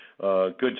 good